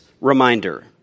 reminder